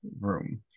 room